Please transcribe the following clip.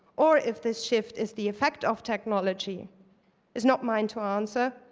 or if this shift is the effect of technology is not mine to answer,